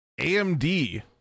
AMD